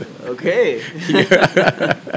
okay